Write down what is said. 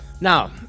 Now